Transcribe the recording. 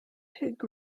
pig